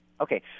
Okay